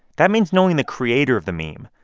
that means knowing the creator of the meme,